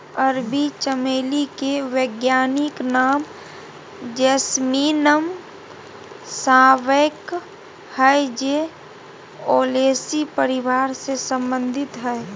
अरबी चमेली के वैज्ञानिक नाम जैस्मीनम सांबैक हइ जे ओलेसी परिवार से संबंधित हइ